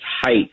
height